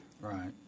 Right